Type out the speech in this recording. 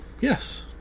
Yes